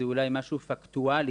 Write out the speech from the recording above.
זה אולי משהו פקטואלי,